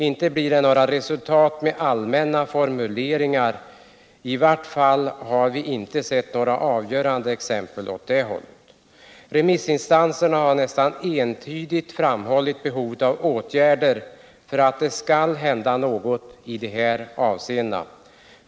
Inte blir det något resultat med allmänna formuleringar — i varje fall har inte vi sett några avgörande exempel åt det hållet. Remissinstanserna har nästan entydigt framhållit behovet av åtgärder för att det skall hända något i de här avseendena.